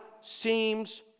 seems